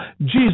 Jesus